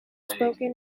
spoken